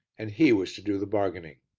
and he was to do the bargaining.